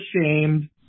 ashamed